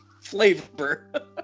flavor